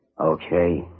Okay